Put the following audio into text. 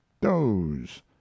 doze